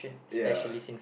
ya